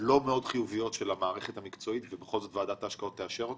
לא מאוד חיוביות של המערכת המקצועית שוועדת ההשקעות תאשר אותה?